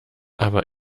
aber